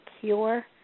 cure